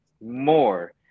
more